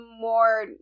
more